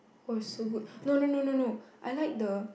oh it's so good no no no no I like the